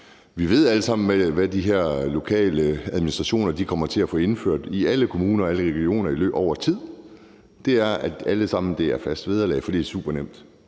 at vi alle sammen ved, hvad de her lokale administrationer kommer til at få indført i alle kommuner og alle regioner over tid. Det er, at alle sammen har fast vederlag, fordi det er supernemt,